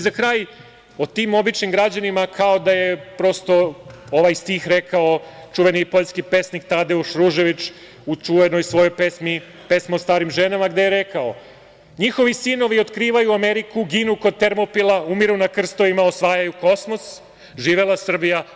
Za kraj, tim običnim građanima kao da je ovaj stih rekao čuveni poljski pesnik Tadeuš Ruževič u čuvenoj svojoj pesmi „Pesme o starim ženama“, gde je rekao „Njihovi sinovi otkrivaju Ameriku, ginu kod Termopila, umiru na krstovima, osvajaju kosmos.“ Živela Srbija.